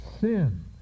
sin